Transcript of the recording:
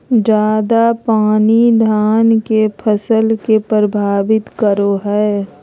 ज्यादा पानी धान के फसल के परभावित करो है?